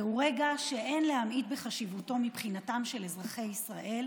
זהו רגע שאין להמעיט בחשיבותו מבחינתם של אזרחי ישראל,